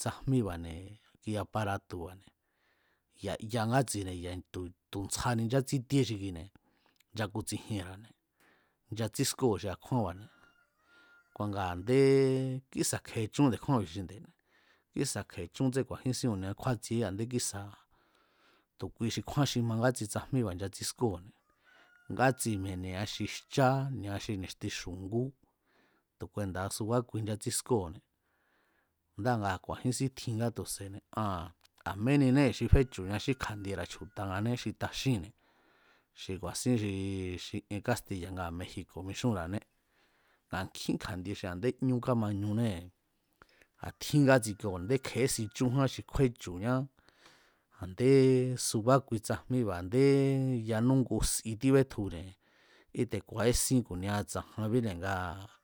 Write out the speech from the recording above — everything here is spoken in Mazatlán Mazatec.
tsajmíba̱ne̱ aparatu̱ba̱ne̱ ya̱ ya ngátsine̱ tu̱, tu ntsjani nchátsítíé xi kuine̱ nchakutsijienra̱ne̱, nchatsískóo̱ xi a̱kjúánba̱ne̱ ku nga a̱nde kísa̱ kje̱echún de̱kjúánbi̱ xinde̱ne̱, kísa̱ kje̱echún tsén ku̱a̱jínsín ku̱nia kju̱a̱tsieé a̱ndé kísa̱ tu̱ kuixi kjúán xi ma tsajmíba̱ nchatsískóo̱ne̱ ngátsi mi̱e̱ne̱ ni̱a xi jchá ni̱a xi ni̱xti xu̱ngú tu̱ kuenda̱a subá kui nchatsískóo̱ne̱ ndáa̱ ngaa̱ ku̱a̱jínsín tjin ngá tu̱se̱ne̱, aa̱n a̱meninee̱ xi féchu̱ña xí kja̱ndiera̱ chju̱ta̱ ngané xi taxínne̱ xi ku̱a̱sín xi ien kástiya̱ ngaa̱ mexico̱ mixúnra̱ané, a̱ kjín kja̱ndie xi a̱ndé ñú kámañunée̱ a̱ tjín ngátsi koo̱ne̱ a̱ndé kje̱esin chúnjá xi kjúechu̱ñá a̱ndé subá kui tsajmíba̱ a̱ndé yanú ngu si tíbétjune̱ íte̱ ku̱a̱ísín ku̱nia tsa̱janbíne̱ ngaa̱